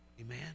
Amen